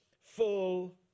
full